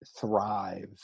thrive